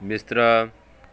ਬਿਸਤਰਾ